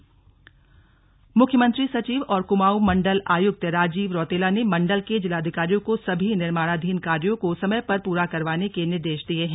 slug Kumaon आयुक्त मुख्यमंत्री सचिव और कुमाऊं मंडल आयुक्त राजीव रौतला ने मंडल के जिलाधिकारियों को सभी निर्माणाधीन कार्यो को समय पर पूरा करवाने के निर्देश दिये हैं